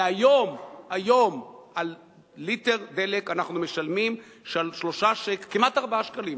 והיום על ליטר דלק אנחנו משלמים כמעט 4 שקלים,